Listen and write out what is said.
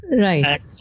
Right